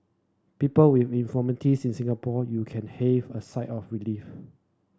people with infirmities in Singapore you can heave a sigh of relief